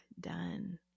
done